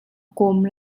kawm